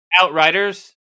Outriders